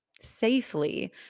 safely